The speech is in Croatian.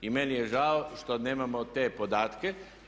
I meni je žao što nemamo te podatke.